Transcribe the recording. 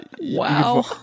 wow